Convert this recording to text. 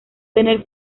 tener